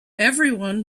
everyone